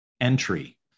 entry